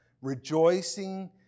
rejoicing